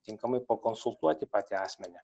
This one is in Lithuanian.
tinkamai pakonsultuoti patį asmenį